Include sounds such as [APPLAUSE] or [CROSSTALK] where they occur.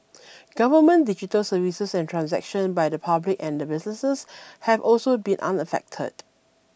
[NOISE] government digital services and transaction by the public and the businesses have also been unaffected